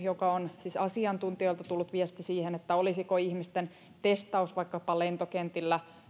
joka on siis asiantuntijoilta tullut viesti siihen olisiko ihmisten testaus vaikkapa lentokentillä